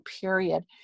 period